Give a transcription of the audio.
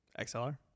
XLR